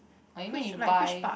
orh you mean you buy